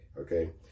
Okay